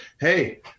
Hey